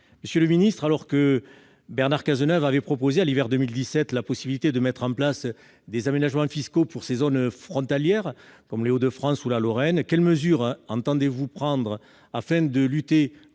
Monsieur le ministre, alors que Bernard Cazeneuve avait proposé à l'hiver 2017 la possibilité de mettre en place des aménagements fiscaux pour les zones frontalières des Hauts-de-France et de Lorraine, quelles mesures entendez-vous prendre, afin de lutter